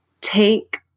take